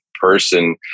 person